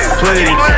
please